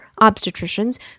obstetricians